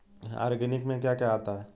Organic में क्या क्या आता है?